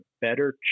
better